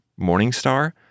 Morningstar